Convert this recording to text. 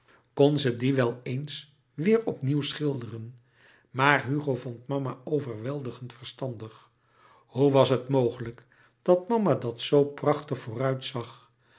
kon ze die wel eens weêr opnieuw schilderen maar hugo vond mama overweldigend verstandig hoe was het mogelijk dat mama dat zoo prachtig vooruit zag